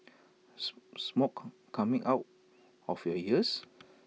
smoke coming out of your ears